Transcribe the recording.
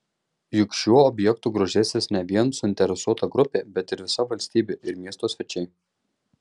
juk šiuo objektu grožėsis ne vien suinteresuota grupė bet ir visa valstybė ir miesto svečiai